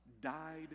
died